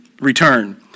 return